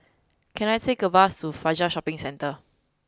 can I take a bus to Fajar Shopping Centre